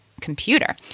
computer